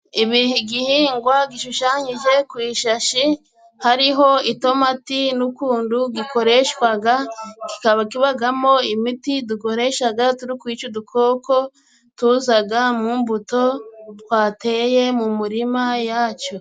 Igihingwa gishushanyije ku ishashi hariho itomati n'ukuntu gikoreshwa, kiba kibamo imiti dukoresha turi kwica udukoko tuza mu mbuto twateye mu murima yacyo.